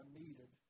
needed